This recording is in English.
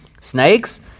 snakes